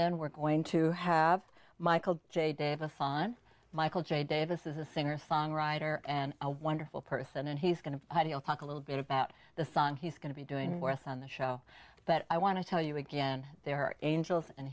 then we're going to have michael j dave a fine michael j davis is a singer songwriter and a wonderful person and he's going to talk a little bit about the son he's going to be doing worth on the show but i want to tell you again there are angels and